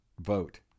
vote